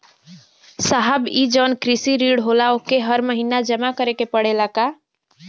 साहब ई जवन कृषि ऋण होला ओके हर महिना जमा करे के पणेला का?